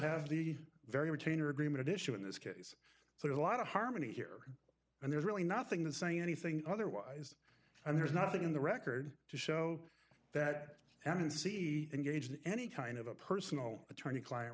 have the very retainer agreement issue in this case so a lot of harmony here and there's really nothing that saying anything otherwise and there's nothing in the record to show that i don't see engaged in any kind of a personal attorney cli